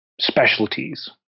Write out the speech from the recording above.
specialties